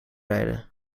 rijden